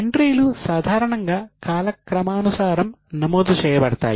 ఎంట్రీలు సాధారణంగా కాలక్రమానుసారం నమోదు చేయబడతాయి